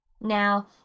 Now